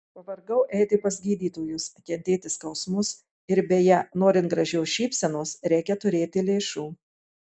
pavargau eiti pas gydytojus kentėti skausmus ir beje norint gražios šypsenos reikia turėti lėšų